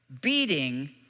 beating